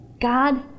God